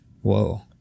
Whoa